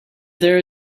there